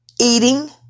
eating